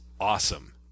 Awesome